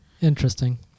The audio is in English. Interesting